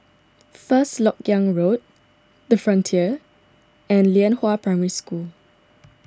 First Lok Yang Road the Frontier and Lianhua Primary School